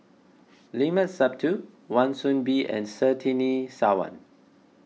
Limat Sabtu Wan Soon Bee and Surtini Sarwan